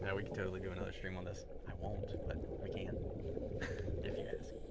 yeah we can totally do another stream on this. i won't, but we can if you ask.